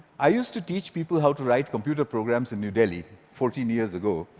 i used to teach people how to write computer programs in new delhi, fourteen years ago.